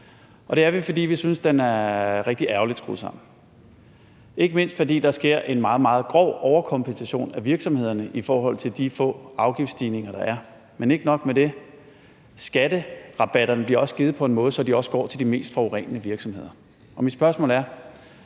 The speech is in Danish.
i. Det er vi ikke, fordi vi synes, at den er rigtig ærgerligt skruet sammen, ikke mindst fordi der sker en meget, meget grov overkompensation af virksomhederne i forhold til de få afgiftsstigninger, der er. Men ikke nok med det: Skatterabatterne bliver givet på en måde, så de også går til de mest forurenende virksomheder. Mit spørgsmål er: